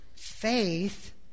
Faith